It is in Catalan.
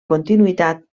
continuïtat